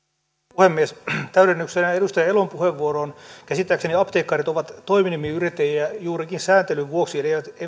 puhemies täydennyksenä edustaja elon puheenvuoroon käsittääkseni apteekkarit ovat toiminimiyrittäjiä juurikin sääntelyn vuoksi eli eivät